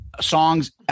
songs